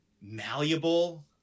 malleable